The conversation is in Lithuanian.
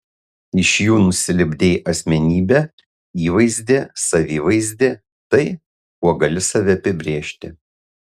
iš jų nusilipdei asmenybę įvaizdį savivaizdį tai kuo gali save apibrėžti